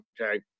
okay